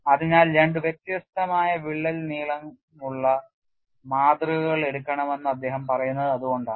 അതിനാൽ 2 വ്യത്യസ്തമായ വിള്ളൽ നീളമുള്ള മാതൃകകൾ എടുക്കണമെന്ന് അദ്ദേഹം പറയുന്നത് അതുകൊണ്ടാണ്